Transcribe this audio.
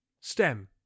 STEM